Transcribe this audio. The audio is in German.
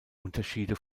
unterschiede